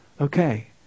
Okay